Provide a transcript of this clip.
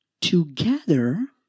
together